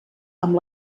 amb